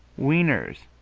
wieners,